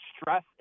stress